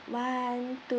one two